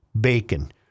bacon